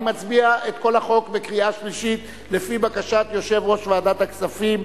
אני מצביע את כל החוק בקריאה שלישית לפי בקשת יושב-ראש ועדת הכספים.